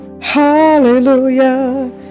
hallelujah